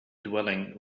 dwelling